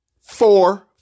four